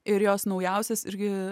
ir jos naujausios irgi